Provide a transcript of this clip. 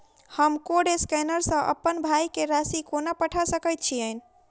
हम code scanner सँ अप्पन भाय केँ राशि कोना पठा सकैत छियैन?